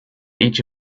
each